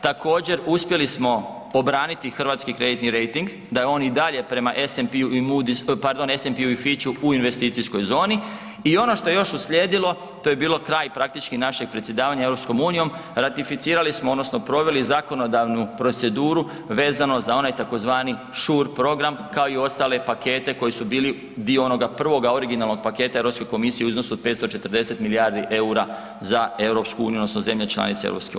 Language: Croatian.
Također uspjeli smo obraniti hrvatski kreditni rejting da je on i dalje prema SMP i Moody, pardon prema SMP i Fitchu u investicijskoj zoni i ono što je još uslijedilo to je bilo kraj praktički našeg predsjedavanja EU ratificirali smo odnosno proveli zakonodavnu proceduru vezano za onaj tzv. Shure program kao i ostale pakete koji su bili dio onoga prvoga originalnog pakete Europske komisije u iznosu od 540 milijardi EUR-a za EU odnosno zemlje članice EU.